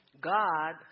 God